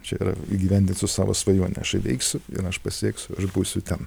čia yra įgyvendinsiu savo svajonę aš įveiksiu ir aš pasieksiu ir aš būsiu ten